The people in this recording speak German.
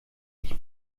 ich